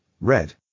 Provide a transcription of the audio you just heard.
Red